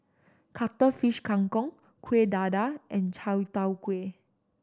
Cuttlefish Kang Kong Kuih Dadar and Chai Tow Kuay